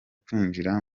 kwinjira